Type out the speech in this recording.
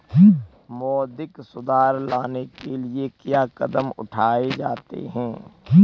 मौद्रिक सुधार लाने के लिए क्या कदम उठाए जाते हैं